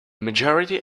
majority